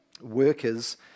Workers